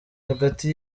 hagati